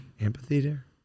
Amphitheater